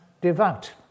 devout